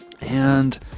And-